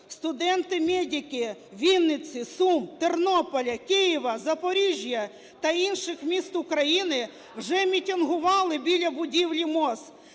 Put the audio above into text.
Студенти-медики Вінниці, Сум, Тернополя, Києва, Запоріжжя та інших міст України вже мітингували біля будівлі МОЗ.